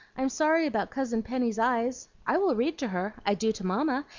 i'm sorry about cousin penny's eyes. i will read to her i do to mamma,